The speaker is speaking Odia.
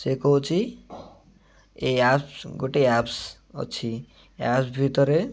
ସେ କହୁଛି ଏ ଆପ୍ସ ଗୋଟିଏ ଆପ୍ସ ଅଛି ଆପ୍ସ ଭିତରେ